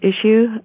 issue